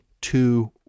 two